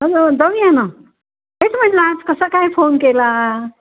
hello जाऊया ना तेच म्हटलं आज कसा काय फोन केला